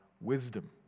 wisdom